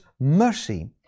mercy